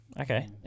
Okay